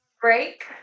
Break